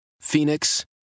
Phoenix